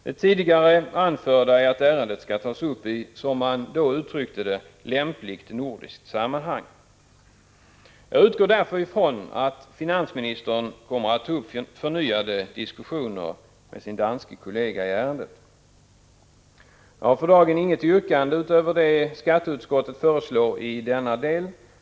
Det tidigare anförda är att ärendet skall tas upp i, som man då uttryckte det, lämpligt nordiskt sammanhang. Jag utgår därför från att finansministern kommer att ta upp förnyade diskussioner i ärendet med sin danske kollega. Jag har för dagen inget yrkande utöver det skatteutskottet föreslår i denna del.